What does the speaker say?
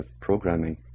programming